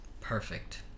Perfect